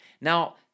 Now